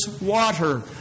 water